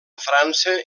frança